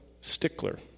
stickler